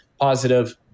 positive